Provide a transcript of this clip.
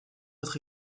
autre